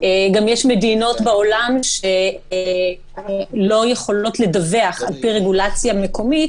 גם יש מדינות בעולם שלא יכולות לדווח על פי רגולציה מקומית